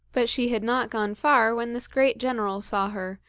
but she had not gone far when this great general saw her,